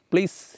Please